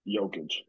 Jokic